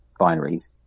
binaries